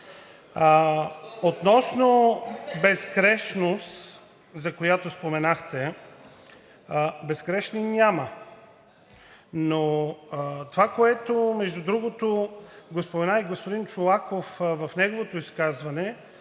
Относно безгрешността, за която споменахте, безгрешни няма. Но това, което, между другото, спомена господин Чолаков в неговото изказване